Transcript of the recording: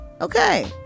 okay